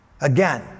Again